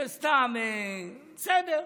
זה סתם, בסדר,